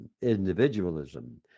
individualism